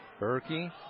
Berkey